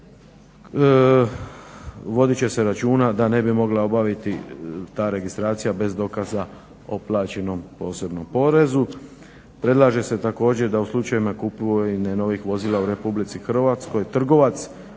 vodit će se računa da ne bi mogla obaviti ta registracija bez dokaza o plaćenom posebnom porezu, predlaže se također da u slučajevima kupovine novih vozila u Republici Hrvatskoj trgovac,